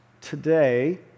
today